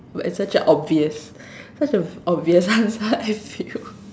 it's such a obvious such a obvious answer I feel